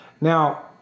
Now